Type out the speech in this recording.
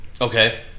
Okay